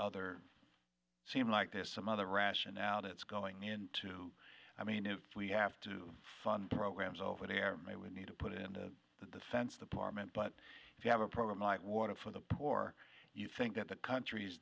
other seem like there's some other ration out it's going into i mean if we have to fund programs over there maybe we need to put it in the sense the partment but if you have a program like water for the poor or you think that the countries